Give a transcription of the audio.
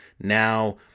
Now